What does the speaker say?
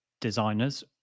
designers